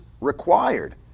required